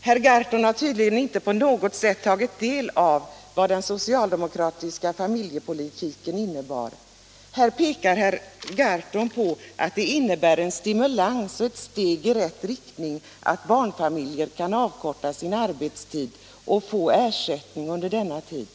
Herr Gahrton har tydligen inte på något sätt tagit del av vad den socialdemokratiska familjepolitiken innebar. Här pekar herr Gahrton på att det är ett steg i rätt riktning och en stimulans att barnfamiljer kan avkorta sin arbetstid och få ersättning under den perioden.